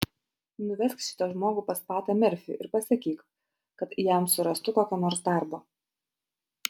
nuvesk šitą žmogų pas patą merfį ir pasakyk kad jam surastų kokio nors darbo